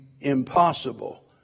impossible